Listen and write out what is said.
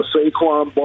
Saquon